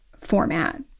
format